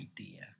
idea